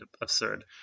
absurd